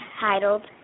titled